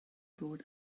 fod